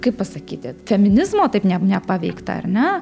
kaip pasakyti feminizmo taip ne nepaveikta ar ne